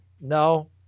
No